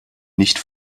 nicht